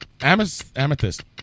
Amethyst